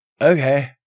Okay